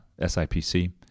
SIPC